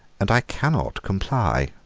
and i cannot comply.